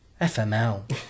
FML